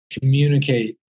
communicate